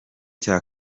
cya